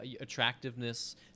attractiveness